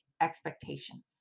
expectations